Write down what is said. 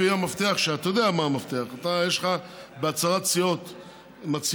אתה יודע מה המפתח, יש לך בהצהרת סיעות מצהירים.